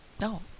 No